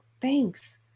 thanks